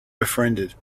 befriended